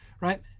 right